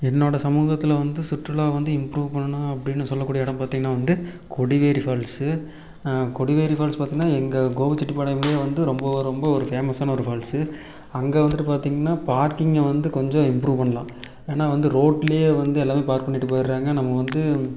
என்னோடய சமூகத்தில் வந்து சுற்றுலாவை வந்து இம்ப்ரூவ் பண்ணணும் அப்படின்னு சொல்லக்கூடிய இடம் பார்த்தீங்கன்னா வந்து கொடிவேரி ஃபால்ஸு கொடிவேரி ஃபால்ஸ் பார்த்தீங்கன்னா எங்கள் கோபிச்செட்டிப்பாளையமிலே வந்து ரொம்ப ரொம்ப ஒரு ஃபேமஸான ஒரு ஃபால்ஸு அங்கே வந்துட்டு பார்த்தீங்கன்னா பார்க்கிங்கை வந்து கொஞ்சம் இம்ப்ரூவ் பண்ணலாம் ஏன்னால் வந்து ரோட்டிலே வந்து எல்லாமே பார்க் பண்ணிவிட்டு போயிடுறாங்க நம்ம வந்து